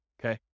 okay